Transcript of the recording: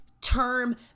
Term